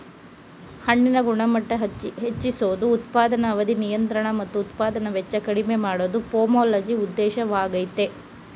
ಹಣ್ಣಿನ ಗುಣಮಟ್ಟ ಹೆಚ್ಚಿಸೋದು ಉತ್ಪಾದನಾ ಅವಧಿ ನಿಯಂತ್ರಣ ಮತ್ತು ಉತ್ಪಾದನಾ ವೆಚ್ಚ ಕಡಿಮೆ ಮಾಡೋದು ಪೊಮೊಲಜಿ ಉದ್ದೇಶವಾಗಯ್ತೆ